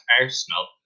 Arsenal